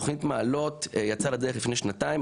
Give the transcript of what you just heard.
תכנית מעלות יצאה לדרך לפני שנתיים,